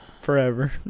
Forever